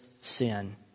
sin